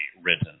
written